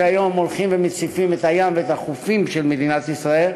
שהיום הולכים ומציפים את הים ואת החופים של מדינת ישראל,